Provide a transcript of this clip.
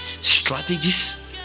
strategies